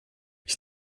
ich